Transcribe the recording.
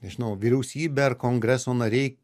nežinau vyriausybė ar kongreso nariai